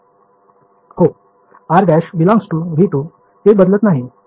हो r′ ∈ V 2 ते बदलत नाही